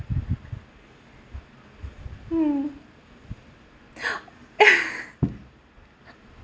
hmm